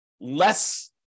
less